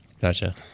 gotcha